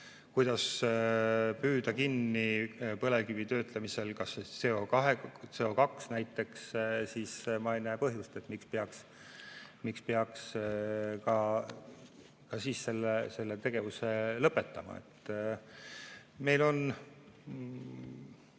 kuidas püüda kinni põlevkivi töötlemisel CO2, siis ma ei näe põhjust, miks peaks ka siis selle tegevuse lõpetama. Ja me